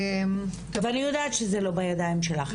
ואני יודעת שזה לא בידיים שלך.